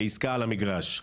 בעסקה על המגרש.